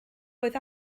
oedd